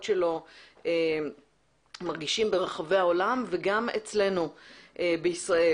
שלו מרגישים ברחבי העולם וגם אצלנו בישראל.